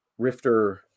Rifter